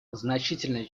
значительная